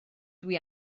dwi